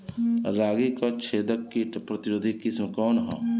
रागी क छेदक किट प्रतिरोधी किस्म कौन ह?